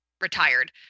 retired